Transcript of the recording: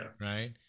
right